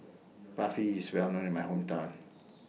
Barfi IS Well known in My Hometown